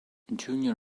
junior